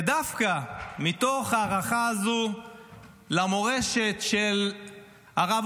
ודווקא מתוך ההערכה הזו למורשת של הרב